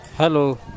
Hello